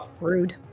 Rude